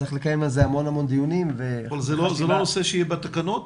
צריך לקיים על זה המון דיונים --- זה לא נושא שיהיה בתקנות?